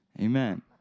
Amen